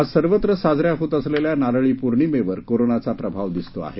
आज सर्वत्र साजऱ्या होत असलेल्या नारळी पौर्णिमेवर कोरोनाचा प्रभाव दिसतो आहे